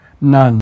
None